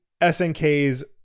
SNK's